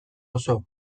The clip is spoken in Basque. oso